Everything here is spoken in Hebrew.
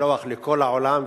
לשלוח לכל העולם,